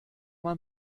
man